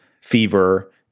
fever